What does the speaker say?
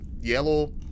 yellow